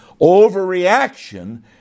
overreaction